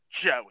Joey